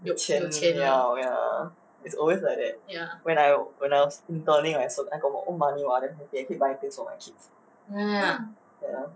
有钱 ya oh ya uh it's always like that when I when I was interning also I got my own money !wah! I damn happy I keep buying things for my kids ya